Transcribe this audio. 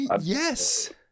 yes